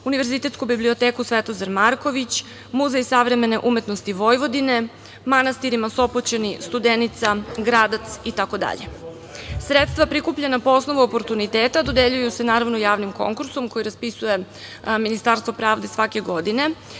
Univerzitetsku biblioteku „Svetozar Marković“, Muzej savremene umetnosti Vojvodine, manastirima Sopoćani, Studenica, Gradac itd. Sredstva prikupljena po osnovu oportuniteta dodeljuju se javnim konkursom koji raspisuje Ministarstvo pravde svake godine.